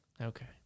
Okay